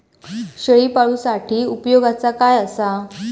शेळीपाळूसाठी उपयोगाचा काय असा?